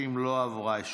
30 לא עברה.